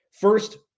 First